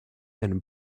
and